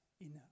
enough